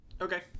Okay